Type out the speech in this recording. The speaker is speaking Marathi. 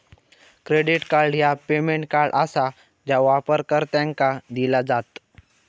क्रेडिट कार्ड ह्या पेमेंट कार्ड आसा जा वापरकर्त्यांका दिला जात